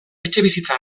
etxebizitza